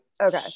okay